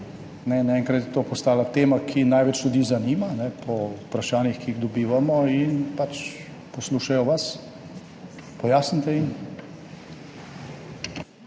Naenkrat je to postala tema, ki največ ljudi zanima, po vprašanjih, ki jih dobivamo. In pač, poslušajo vas, pojasnite jim.